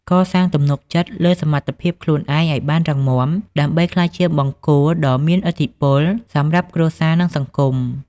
កសាងទំនុកចិត្តលើសមត្ថភាពខ្លួនឯងឱ្យបានរឹងមាំ ដើម្បីក្លាយជាបង្គោលដ៏មានឥទ្ធិពលសម្រាប់គ្រួសារ និងសង្គម។